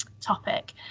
topic